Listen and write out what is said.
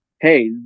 hey